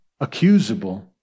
accusable